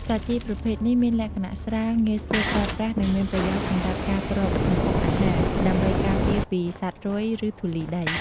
សាជីប្រភេទនេះមានលក្ខណៈស្រាល ងាយស្រួលប្រើប្រាស់ និងមានប្រយោជន៍សម្រាប់ការគ្របម្ហូបអាហារ ដើម្បីការពារពីសត្វរុយ ឬធូលីដី។